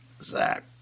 Zach